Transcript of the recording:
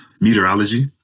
meteorology